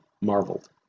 marveled